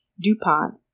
DuPont